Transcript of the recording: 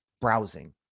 browsing